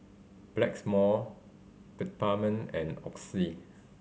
blacks more Peptamen and Oxy